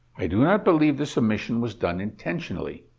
i do not believe this omission was done intentionally.